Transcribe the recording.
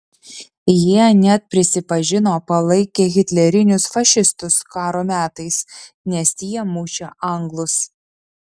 jie net prisipažino palaikę hitlerinius fašistus karo metais nes tie mušę anglus